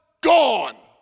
gone